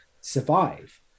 survive